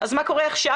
אז מה קורה עכשיו?